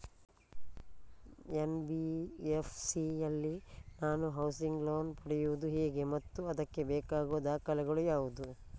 NBFC ಯಲ್ಲಿ ನಾನು housing loan ಪಡೆಯುದು ಹೇಗೆ ಮತ್ತು ಅದಕ್ಕೆ ಬೇಕಾಗುವ ದಾಖಲೆ ಯಾವುದು?